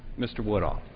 mr. woodall.